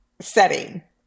setting